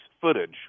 footage